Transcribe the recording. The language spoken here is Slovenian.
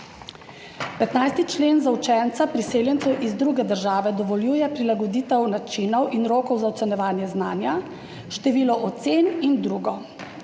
15. člen za učenca priseljencev iz druge države dovoljuje prilagoditev načinov in rokov za ocenjevanje znanja, število ocen in drugo.